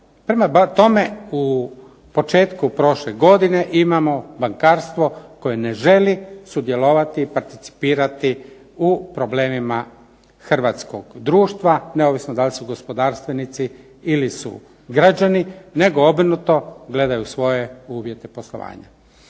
Prema tome, u početku prošle godine imamo bankarstvo koje ne želi sudjelovati i participirati u problemima hrvatskog društva neovisno da li su gospodarstvenici ili su građani, nego obrnuto gledaju svoje uvjete poslovanja.